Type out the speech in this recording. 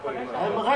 לא.